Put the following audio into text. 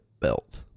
belt